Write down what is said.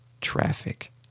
traffic